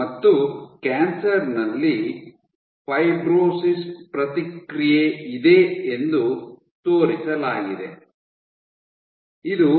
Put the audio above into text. ಮತ್ತು ಕ್ಯಾನ್ಸರ್ ನಲ್ಲಿ ಫೈಬ್ರೋಸಿಸ್ ನ ಪ್ರತಿಕ್ರಿಯೆ ಇದೆ ಎಂದು ತೋರಿಸಲಾಗಿದೆ ಇದು